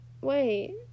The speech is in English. Wait